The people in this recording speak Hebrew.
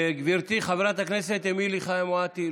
גברתי חברת הכנסת אמילי חיה מואטי,